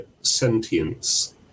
sentience